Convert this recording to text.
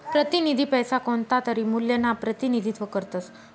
प्रतिनिधी पैसा कोणतातरी मूल्यना प्रतिनिधित्व करतस